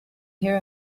hear